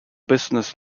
business